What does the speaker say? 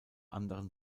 anderen